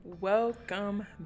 Welcome